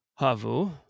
Havu